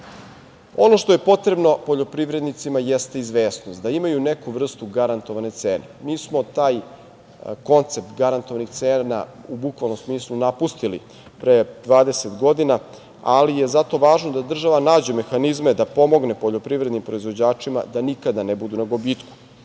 što je potrebno poljoprivrednicima jeste izvesnost, da imaju neku vrstu garantovane cene. Mi smo taj koncept garantovanih cena u bukvalnom smislu napustili pre 20 godina, ali je zato važno da država nađe mehanizme da pomogne poljoprivrednim proizvođačima da nikada ne budu ne budu